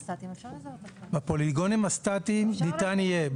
בפוליגונים הסטטיים ניתן יהיה.